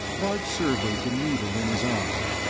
bart surveyed the needle in his arm.